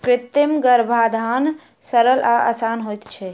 कृत्रिम गर्भाधान सरल आ आसान होइत छै